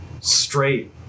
straight